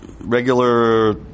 regular